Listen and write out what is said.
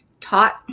taught